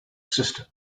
sister